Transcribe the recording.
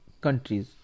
countries